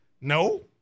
No